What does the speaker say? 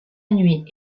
nuit